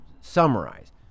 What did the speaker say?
summarize